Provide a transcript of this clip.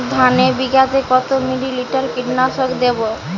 ধানে বিঘাতে কত মিলি লিটার কীটনাশক দেবো?